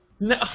No